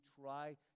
try